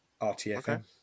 RTFM